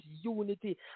unity